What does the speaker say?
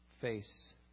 face